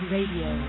Radio